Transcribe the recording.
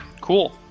Cool